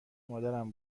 مادرم